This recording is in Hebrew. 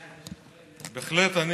בהחלט.